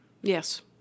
Yes